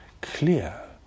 clear